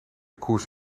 koers